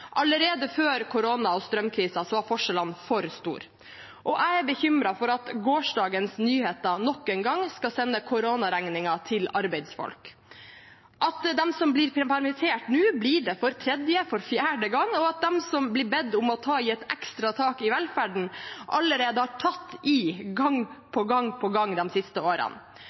Allerede før koronaen og strømkrisen var forskjellene for store, og jeg er bekymret for at gårsdagens nyheter nok en gang skal sende koronaregningen til arbeidsfolk, at de som blir permittert nå, blir det for tredje og fjerde gang, og at de som blir bedt om å ta i et ekstra tak i velferden, allerede har tatt i gang på gang på gang de siste årene.